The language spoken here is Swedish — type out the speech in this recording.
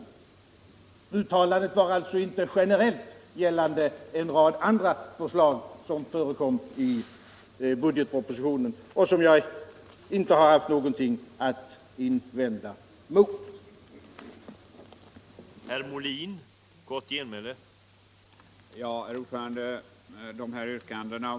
Mitt uttalande gällde alltså inte generellt en rad andra förslag som förekommer i budgetpropositionen och som jag inte har haft något att invända mot.